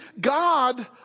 God